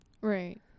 right